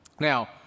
Now